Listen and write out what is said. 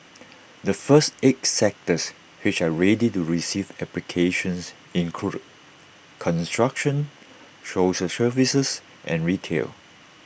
the first eight sectors which are ready to receive applications include construction social services and retail